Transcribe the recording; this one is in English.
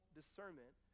discernment